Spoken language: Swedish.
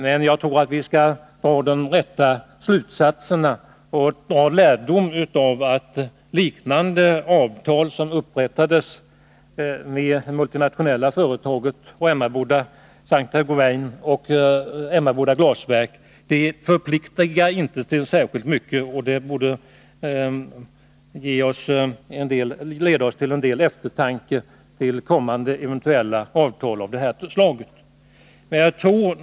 Men jag tror att vi skall dra de rätta slutsatserna och dra lärdom av att liknande avtal som det som upprättades mellan det multinationella företaget Saint-Gobain och Emmaboda glasbruk inte förpliktigar till särskilt mycket. Det borde leda oss till eftertanke inför eventulla kommande avtal av detta slag.